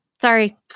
Sorry